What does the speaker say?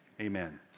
Amen